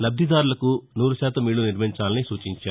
లబ్దిదారులకు నూరు శాతం ఇక్భు నిర్మించాలని సూచించారు